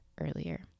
earlier